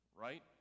right